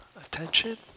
attention